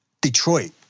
Detroit